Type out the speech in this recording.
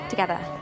Together